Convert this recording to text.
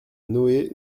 noë